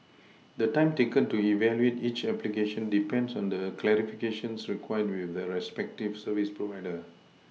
the time taken to evaluate each application depends on the clarifications required with the respective service provider